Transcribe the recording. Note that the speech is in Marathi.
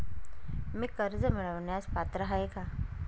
मी कर्ज मिळवण्यास पात्र आहे का?